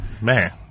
Man